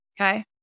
Okay